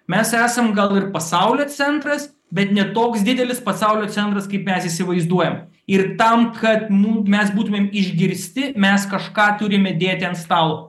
mes esam gal ir pasaulio centras bet ne toks didelis pasaulio centras kaip mes įsivaizduojam ir tam kad mu mes būtumėm išgirsti mes kažką turime dėti ant stalo